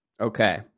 Okay